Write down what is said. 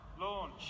launch